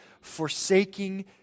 forsaking